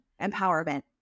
empowerment